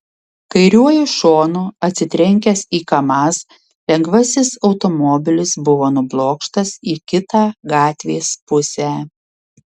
kairiuoju šonu atsitrenkęs į kamaz lengvasis automobilis buvo nublokštas į kitą gatvės pusę